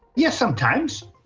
yes, sometimes.